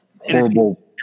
horrible